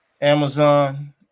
Amazon